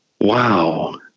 Wow